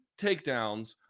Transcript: takedowns